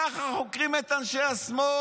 ככה חוקרים את אנשי השמאל.